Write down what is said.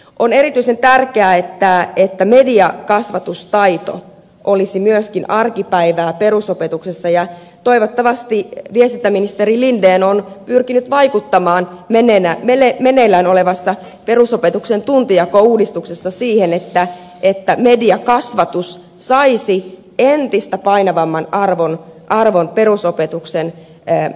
on erityisen tärkeää että myöskin mediakasvatustaito olisi arkipäivää perusopetuksessa ja toivottavasti viestintäministeri linden on pyrkinyt vaikuttamaan meneillään olevassa perusopetuksen tuntijakouudistuksessa siihen että mediakasvatus saisi entistä painavamman arvon perusopetuksen kokonaissisällöissä